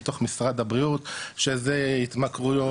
בתוך משרד הבריאות שזה התמכרויות,